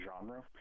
genre